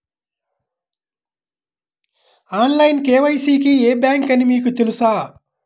Online KYC కి ఏ bank అని మీకు తెలుసా?